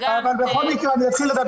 בכל מקרה, אני אתחיל לדבר.